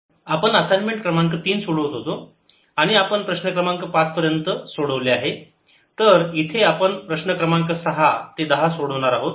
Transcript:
problems 6 10 आपण assignment क्रमांक तीन सोडवत होतो आणि आपण प्रश्न क्रमांक पाच पर्यंत सोडवले आहे तर इथे आपण प्रश्न क्रमांक सहा ते दहा सोडणार आहोत